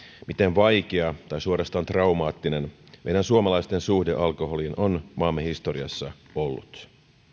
miten vaikea tai suorastaan traumaattinen meidän suomalaisten suhde alkoholiin on maamme historiassa ollut